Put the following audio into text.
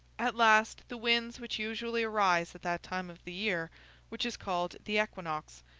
at last, the winds which usually arise at that time of the year which is called the equinox,